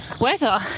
weather